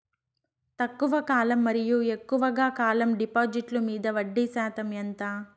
తక్కువ కాలం మరియు ఎక్కువగా కాలం డిపాజిట్లు మీద వడ్డీ శాతం ఎంత?